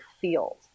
field